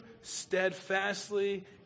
steadfastly